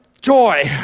Joy